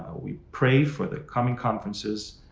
we pray for the coming conferences.